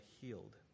healed